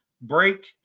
break